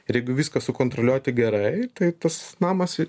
ir jeigu viską sukontroliuoti gerai tai tas namas